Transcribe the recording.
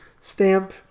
stamp